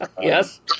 Yes